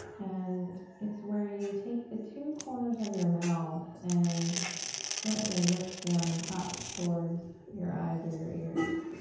and it's where you take the two corners of your mouth and gently lift them up towards your eyes or your ears.